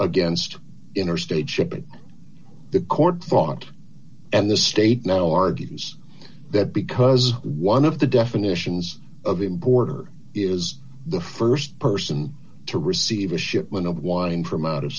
against interstate shipping the court thought and the state now argues that because one of the definitions of in border is the st person to receive a shipment of wine from out of